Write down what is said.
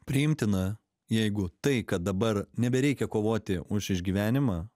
priimtina jeigu tai kad dabar nebereikia kovoti už išgyvenimą